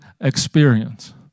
experience